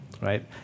right